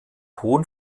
hohen